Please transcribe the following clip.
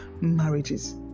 marriages